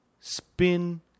Spin